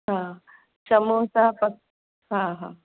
हा समोसा पकोड़ा हा हा